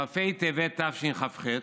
כ"ב בטבת תשכ"ח,